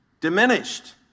diminished